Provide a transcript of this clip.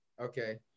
Okay